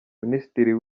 minisitiri